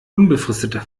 unbefristeter